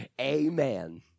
Amen